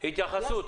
התייחסות.